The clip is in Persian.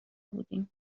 بودیم